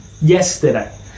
Yesterday